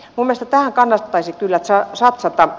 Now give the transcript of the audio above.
kun lisätään kannattaisi kyllä saa tilanne